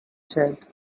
said